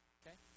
okay